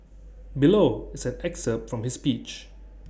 below is an excerpt from his speech